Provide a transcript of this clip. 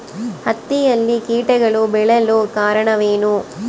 ಹತ್ತಿಯಲ್ಲಿ ಕೇಟಗಳು ಬೇಳಲು ಕಾರಣವೇನು?